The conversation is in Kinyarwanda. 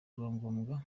rwangombwa